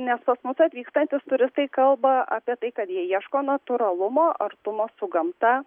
nes pas mus atvykstantys turistai kalba apie tai kad jie ieško natūralumo artumo su gamta